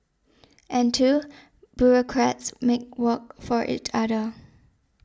and two bureaucrats make work for each other